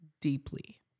deeply